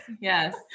yes